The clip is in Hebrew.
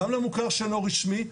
גם למוכר שאינו רשמי,